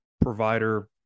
provider